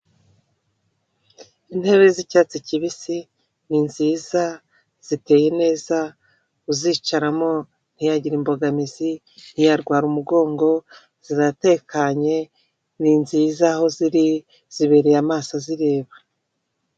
Intebe z'icyatsi cyibisi ni nziza ziteye neza, uzicaramo ntiyagira imbogamizi, ntiyarwara umugongo ziratekanye, ni nziza aho ziri zibereye amaso azireba.